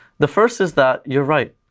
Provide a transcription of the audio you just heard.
the first is that, you are right,